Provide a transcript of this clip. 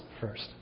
first